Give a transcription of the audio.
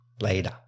Later